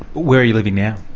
where are you living now?